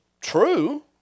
True